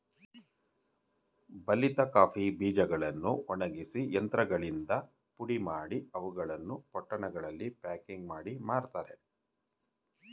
ಬಲಿತ ಕಾಫಿ ಬೀಜಗಳನ್ನು ಒಣಗಿಸಿ ಯಂತ್ರಗಳಿಂದ ಪುಡಿಮಾಡಿ, ಅವುಗಳನ್ನು ಪೊಟ್ಟಣಗಳಲ್ಲಿ ಪ್ಯಾಕಿಂಗ್ ಮಾಡಿ ಮಾರ್ತರೆ